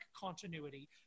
continuity